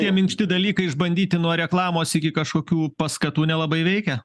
tie minkšti dalykai išbandyti nuo reklamos iki kažkokių paskatų nelabai veikia